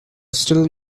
still